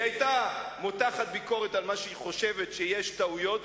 היא היתה מותחת ביקורת במקום שהיא חושבת שיש טעויות.